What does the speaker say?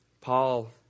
Paul